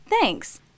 thanks